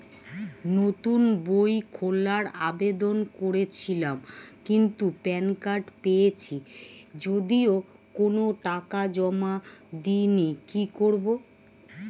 নতুন বই খোলার আবেদন করেছিলাম কিন্তু প্যান কার্ড পেয়েছি যদিও কোনো টাকা জমা দিইনি কি করব?